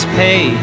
pay